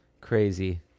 Crazy